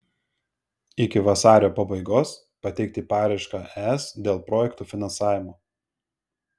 iki vasario pabaigos pateikti paraišką es dėl projekto finansavimo